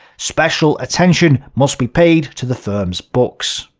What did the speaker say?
special attention must be paid to the firm's books.